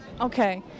Okay